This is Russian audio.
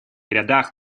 рядах